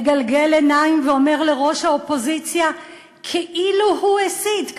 מגלגל עיניים ואומר לראש האופוזיציה כאילו הוא הסית,